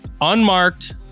unmarked